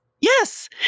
Yes